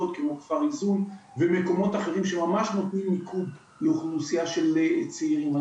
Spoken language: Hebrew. שממש נותנות מיקוד לאוכלוסיה של צעירים.